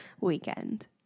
weekend